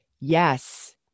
Yes